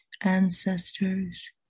ancestors